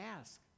ask